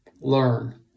Learn